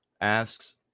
asks